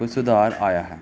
ਕੁਝ ਸੁਧਾਰ ਆਇਆ ਹੈ